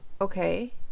Okay